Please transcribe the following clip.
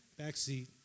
backseat